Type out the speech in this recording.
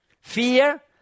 fear